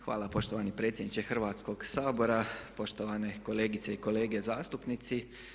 Hvala poštovani predsjedniče Hrvatskog sabora, poštovane kolegice i kolege zastupnici.